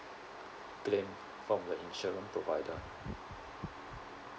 claim from the insurance provider